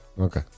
Okay